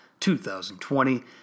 2020